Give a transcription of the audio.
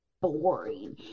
Boring